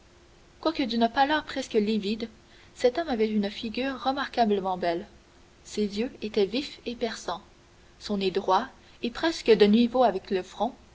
quoique d'une pâleur presque livide cet homme avait une figure remarquablement belle ses yeux étaient vifs et perçants son nez droit et presque de niveau avec le front